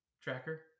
tracker